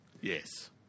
Yes